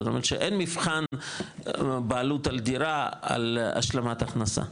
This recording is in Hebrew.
זאת אומרת שאין מבחן בעלות על דירה על השלמת הכנסה.